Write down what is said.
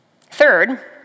Third